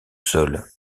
sol